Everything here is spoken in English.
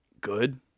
good